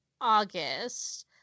August